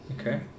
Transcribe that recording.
Okay